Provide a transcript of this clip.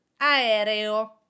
aereo